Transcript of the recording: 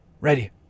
Ready